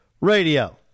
Radio